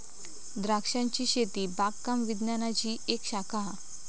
द्रांक्षांची शेती बागकाम विज्ञानाची एक शाखा हा